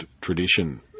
tradition